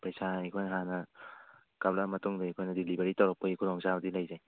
ꯄꯩꯁꯥ ꯑꯩꯈꯣꯏꯅ ꯍꯥꯟꯅ ꯀꯥꯞꯂꯛꯑꯕ ꯃꯇꯨꯡꯗ ꯑꯩꯈꯣꯏꯅ ꯗꯤꯂꯤꯕꯔꯤ ꯇꯧꯔꯛꯄꯒꯤ ꯈꯨꯗꯣꯡ ꯆꯥꯕꯗꯤ ꯂꯩꯖꯩ